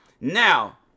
Now